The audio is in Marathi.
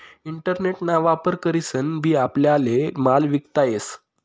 इंटरनेट ना वापर करीसन बी आपल्याले माल विकता येस